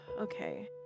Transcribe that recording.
Okay